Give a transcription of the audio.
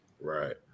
Right